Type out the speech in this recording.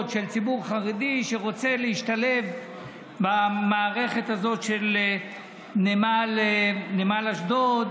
של ציבור חרדי שרוצה להשתלב במערכת הזאת של נמל אשדוד.